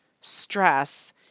stress